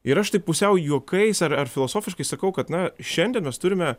ir aš taip pusiau juokais ar ar filosofiškai sakau kad na šiandien mes turime